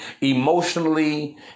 emotionally